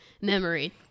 memory